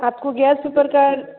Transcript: आपको gas paper का